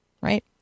right